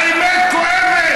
האמת כואבת,